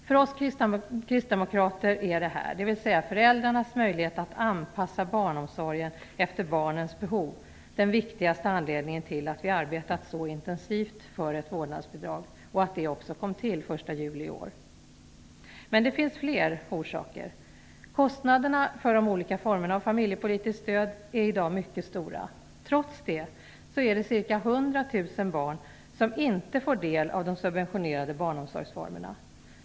För oss kristdemokrater är detta, dvs. föräldrarnas möjlighet att anpassa barnomsorgen efter barnens behov, den viktigaste anledningen till att vi arbetat så intensivt för ett vårdnadsbidrag och att det också infördes den 1 juli i år. Men det finns fler orsaker. Kostnaderna för de olika formerna av familjepolitiskt stöd är i dag mycket stora. Trots detta är det ca 100 000 barn som inte får del av de subventionerade barnomsorgsformerna.